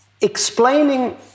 explaining